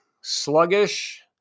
sluggish